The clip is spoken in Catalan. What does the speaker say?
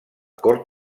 cort